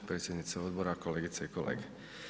Predsjednice odbora, kolegice i kolege.